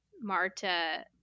Marta